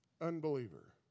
unbeliever